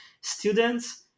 students